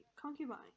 concubine